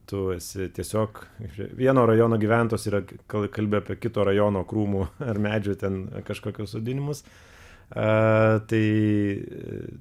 tu esi tiesiog iš vieno rajono gyventojas yra kol kai kalbi apie kito rajono krūmų ar medžių ten kažkokius sodinimus a tai